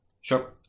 Sure